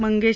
Mangesh